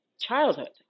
childhood